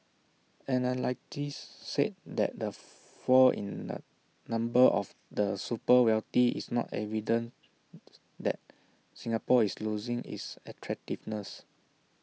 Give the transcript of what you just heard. analysts said that the fall in the number of the super wealthy is not evidence that Singapore is losing its attractiveness